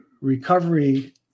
recovery